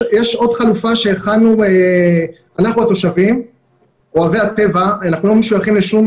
יש עוד חלופה שהכנו אנחנו התושבים אוהבי הטבע אנחנו לא משויכים לשום